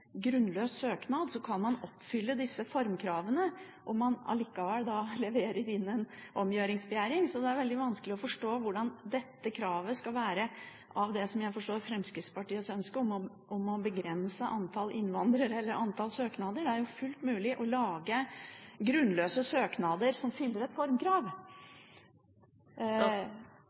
grunnløs søknad, kan man oppfylle disse formkravene, og man kan allikevel levere inn en omgjøringsbegjæring? Det er veldig vanskelig å forstå hvordan dette kravet skal føre til det som jeg forstår er Fremskrittspartiets ønske, å begrense antall innvandrere, eller antall søknader. Det er fullt mulig å lage grunnløse søknader som fyller et formkrav.